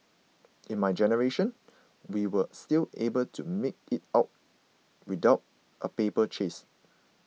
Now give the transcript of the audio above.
in my generation we were still able to make it without a paper chase